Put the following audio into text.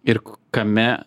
ir kame